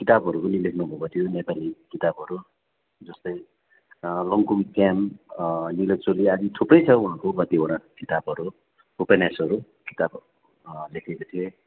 किताबहरू पनि लेख्नु भएको थियो नेपाली किताबहरू जस्तै लुङखुम क्याम्प निलो चोली आदि थुप्रै छ उहाँको कतिवटा किताबहरू उपन्यासहरू लेखेका थिए